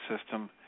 system